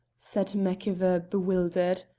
said maciver bewildered.